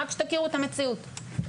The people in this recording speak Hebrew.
רק שתכירו את המציאות,